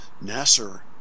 Nasser